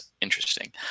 interesting